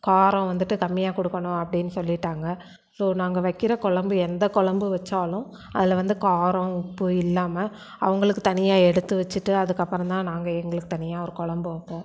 காரம் வந்துட்டு கம்மியாக கொடுக்கணும் அப்படின்னு சொல்லிட்டாங்கள் ஸோ நாங்கள் வைக்கிற குழம்பு எந்த குழம்பு வச்சாலும் அதில் வந்து காரம் உப்பு இல்லாமல் அவங்களுக்கு தனியாக எடுத்து வச்சிட்டு அதுக்கப்புறம் தான் நாங்கள் எங்களுக்கு தனியாக ஒரு குழம்பு வைப்போம்